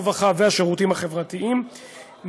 הרווחה והשירותים החברתיים,